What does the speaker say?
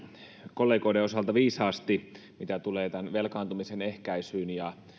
kollegoiden osalta viisaasti mitä tulee velkaantumisen ehkäisyyn ja